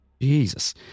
Jesus